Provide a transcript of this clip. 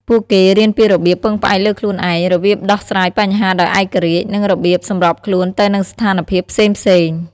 ពួកគេរៀនពីរបៀបពឹងផ្អែកលើខ្លួនឯង របៀបដោះស្រាយបញ្ហាដោយឯករាជ្យ និងរបៀបសម្របខ្លួនទៅនឹងស្ថានភាពផ្សេងៗ។